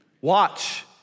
Watch